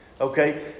Okay